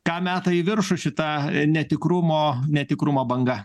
ką meta į viršų šita netikrumo netikrumo banga